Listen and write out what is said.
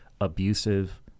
abusive